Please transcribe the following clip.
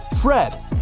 Fred